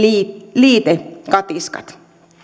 liistekatiskat